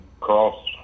cross